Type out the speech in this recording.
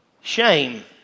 Shame